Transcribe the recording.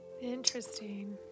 Interesting